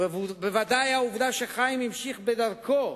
ובוודאי העובדה שחיים המשיך בדרכו,